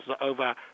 over